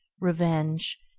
revenge